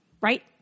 right